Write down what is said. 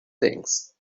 things